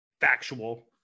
factual